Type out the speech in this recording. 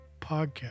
Podcast